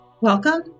Welcome